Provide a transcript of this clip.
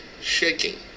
shaking